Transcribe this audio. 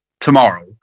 Tomorrow